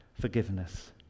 forgiveness